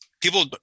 People